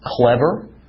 clever